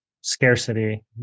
scarcity